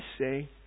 say